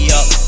up